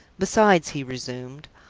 besides, he resumed,